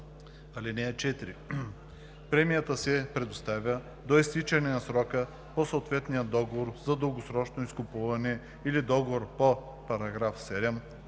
(4) Премията се предоставя до изтичане на срока по съответния договор за дългосрочно изкупуване или договор по § 7